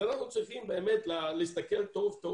אז אנחנו צריכים באמת להסתכל טוב טוב